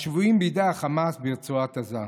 השבויים בידי החמאס ברצועת עזה.